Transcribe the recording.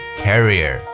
carrier